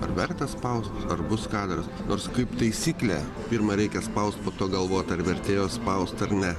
ar verta spausti ar bus kadras nors kaip taisyklė pirma reikia spaust po to galvot ar vertėjo spaust ar ne